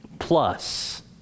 Plus